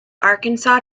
arkansas